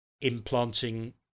implanting